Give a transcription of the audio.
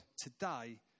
today